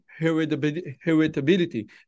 heritability